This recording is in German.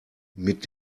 mit